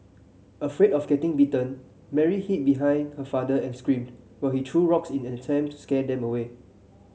afraid of getting bitten Mary hid behind her father and screamed while he threw rocks in an attempt to scare them away